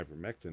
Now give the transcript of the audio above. ivermectin